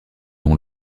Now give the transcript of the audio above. ont